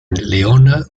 leona